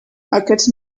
aquests